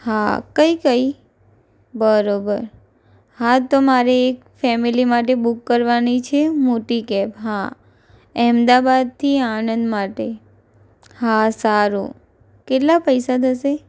હા કઈ કઈ બરોબર હા તો મારી ફેમિલી માટે બુક કરવાની છે મોટી કેબ હા અમદાવાદથી આણંદ માટે હા સારુ કેટલા પૈસા થશે